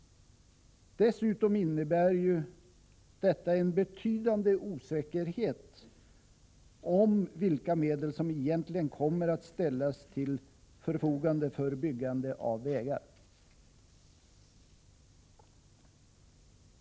Dessutom innebär ju detta en betydande osäkerhet om vilka medel som egentligen kommer att ställas till förfogande för byggande av vägar.